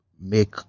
make